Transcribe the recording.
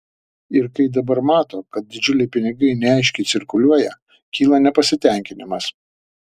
ir kai dabar mato kad didžiuliai pinigai neaiškiai cirkuliuoja kyla nepasitenkinimas